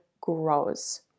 grows